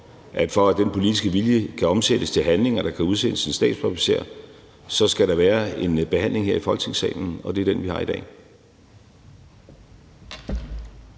at for at den politiske vilje kan omsættes til handling og der kan udsendes en stabsofficer, skal der være en behandling her i Folketingssalen, og det er den, vi har i dag.